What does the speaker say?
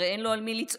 הרי אין לו על מי לצעוק,